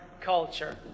culture